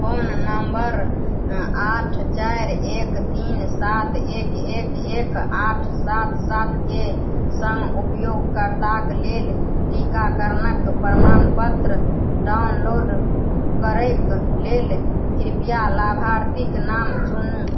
phone number आठ चारि एक तीन सात एक एक एक आठ सात सातके सङ्ग उपयोगकर्ताके लेल टीकाकरणके प्रमाणपत्र डाउनलोड करैके लेल कृपया लाभार्थीक नाम चुनू